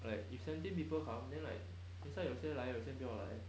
like if seventeen people come then like inside 有些来有些不要来